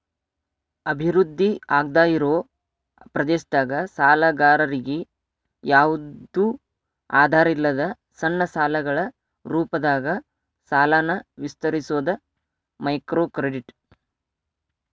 ಅಭಿವೃದ್ಧಿ ಆಗ್ದಾಇರೋ ಪ್ರದೇಶದಾಗ ಸಾಲಗಾರರಿಗಿ ಯಾವ್ದು ಆಧಾರಿಲ್ಲದ ಸಣ್ಣ ಸಾಲಗಳ ರೂಪದಾಗ ಸಾಲನ ವಿಸ್ತರಿಸೋದ ಮೈಕ್ರೋಕ್ರೆಡಿಟ್